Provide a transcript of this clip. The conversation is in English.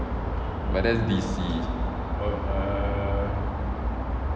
but that's D_C